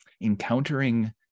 encountering